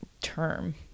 term